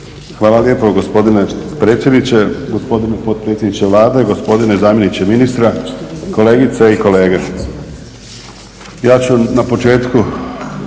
Hvala lijepo gospodine predsjedniče, gospodine potpredsjedniče Vlade, gospodine zamjeniče ministra, kolegice i kolege. Ja ću na početku